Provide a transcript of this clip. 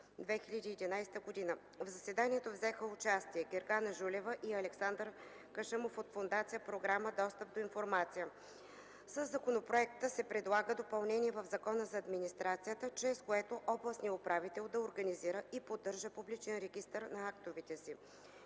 2011 г. В заседанието взеха участие Гергана Жулева и Александър Кашъмов от Фондация „Програма достъп до информация”. Със законопроекта се предлага допълнение в Закона за администрацията, чрез което областният управител да организира и поддържа публичен регистър на актовете си,